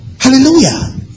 Hallelujah